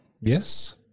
Yes